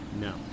No